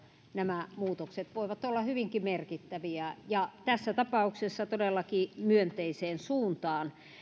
nämä muutokset voivat olla hyvinkin merkittäviä ja tässä tapauksessa todellakin myönteiseen suuntaan